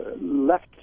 left